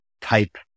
type